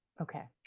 Okay